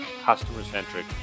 customer-centric